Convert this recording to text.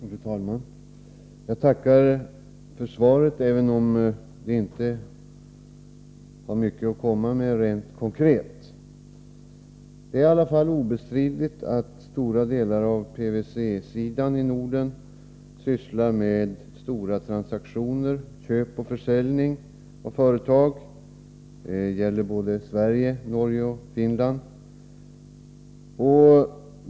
Fru talman! Jag tackar för svaret, även om det inte var mycket att komma med rent konkret. Det är i alla fall obestridligt att stora delar av PVC-sidan i Norden sysslar med stora transaktioner, köp och försäljning av företag. Det gäller både Sverige, Norge och Finland.